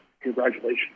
congratulations